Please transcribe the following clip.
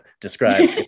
describe